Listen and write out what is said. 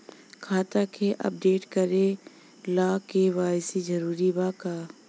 खाता के अपडेट करे ला के.वाइ.सी जरूरी बा का?